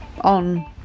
on